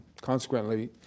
Consequently